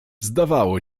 zdawało